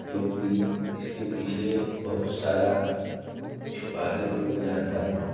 क्योंकि इसके पीछे बहुत सारा छुपा है जो मैं जानता हूँ